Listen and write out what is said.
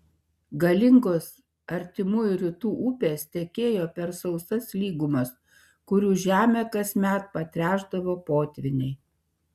galingos artimųjų rytų upės tekėjo per sausas lygumas kurių žemę kasmet patręšdavo potvyniai